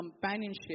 companionship